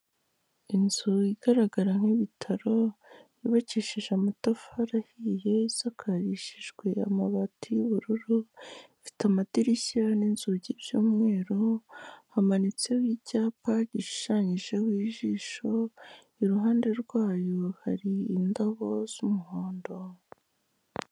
Inzu igaragara nk'ibitaro yubakishije amatafari ahiye isakarishijwe amabati y'ubururu, ifite amadirishya n'inzugi by'umweru, hamanitseho icyapa gishushanyijeho ijisho, iruhande rwayo hari indabo z'umuhondo.